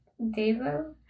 Devo